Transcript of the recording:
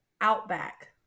Outback